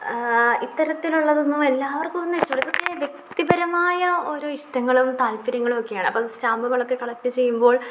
ഇത്തരത്തിലുള്ളതൊന്നും എല്ലാവർക്കും ഒന്നും ഇഷ്ടമല്ല ഇതൊക്കെ വ്യക്തിപരമായ ഓരോ ഇഷ്ടങ്ങളും താല്പര്യങ്ങളുമൊക്കെയാണ് അപ്പം സ്റ്റാമ്പുകളൊക്കെ കളക്റ്റ് ചെയ്യുമ്പോൾ